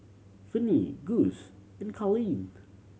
Venie Guss and Carleen